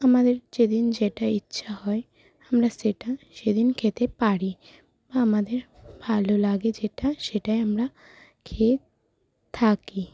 আমাদের যেদিন যেটা ইচ্ছা হয় আমরা সেটা সেদিন খেতে পারি বা আমাদের ভালো লাগে যেটা সেটাই আমরা খেয়ে থাকি